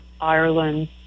Ireland